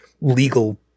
legal